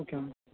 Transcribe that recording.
okay madam